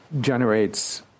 generates